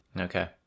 Okay